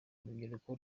urubyiruko